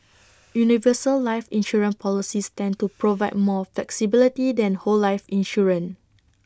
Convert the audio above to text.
universal life insurance policies tend to provide more flexibility than whole life insurance